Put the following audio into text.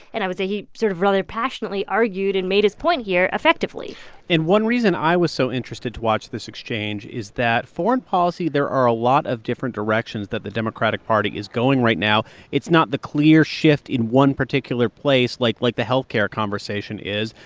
and i would say he sort of rather passionately argued and made his point here effectively and one reason i was so interested to watch this exchange is that foreign policy there are a lot of different directions that the democratic party is going right now. it's not the clear shift in one particular place, like like the health care conversation is.